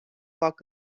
fac